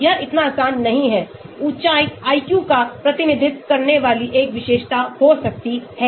यह इतना आसान नहीं है ऊँचाई IQ का प्रतिनिधित्व करने वाली एक विशेषता हो सकती है